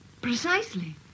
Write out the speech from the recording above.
Precisely